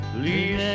Please